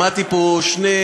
שמעתי פה שני,